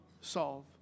solve